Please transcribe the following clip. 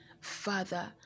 Father